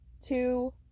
two